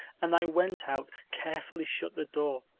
and i went out, carefully shut the door,